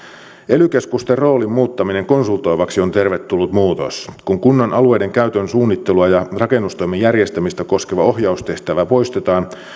ely keskusten roolin muuttaminen konsultoivaksi on tervetullut muutos kun kunnan alueidenkäytön suunnittelua ja rakennustoimen järjestämistä koskeva ohjaustehtävä poistetaan